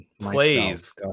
plays